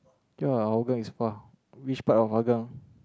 ya Hougang is far which part of Hougang